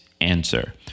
answer